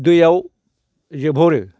दैयाव जोबहरो